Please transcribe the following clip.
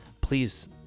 please